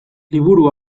liburu